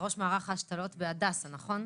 ראש מערך ההשתלות בהדסה, נכון?